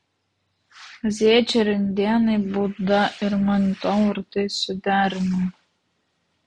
azijiečiai ir indėnai buda ir manitou ar tai suderinama